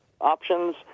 Options